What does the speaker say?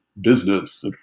business